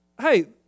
hey